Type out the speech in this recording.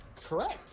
Correct